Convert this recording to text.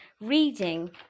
reading